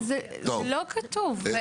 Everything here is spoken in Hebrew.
אז זה לא כתוב.